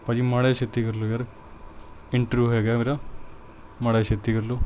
ਭਾਅ ਜੀ ਮਾੜਾ ਜਿਹਾ ਛੇਤੀ ਕਰ ਲਓ ਯਾਰ ਇੰਟਰਵਿਊ ਹੈਗਾ ਮੇਰਾ ਮਾੜਾ ਜਿਹਾ ਛੇਤੀ ਕਰ ਲਿਓ